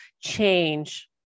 change